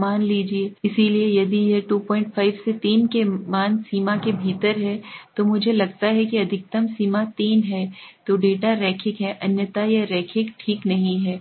मान इसलिए यदि यह 25 से 3 के मान सीमा के भीतर है तो मुझे लगता है कि अधिकतम सीमा 3 है तो डेटा रैखिक है अन्यथा यह रैखिक ठीक नहीं है